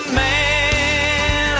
man